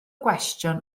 gwestiwn